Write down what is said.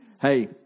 hey